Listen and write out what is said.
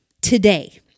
Today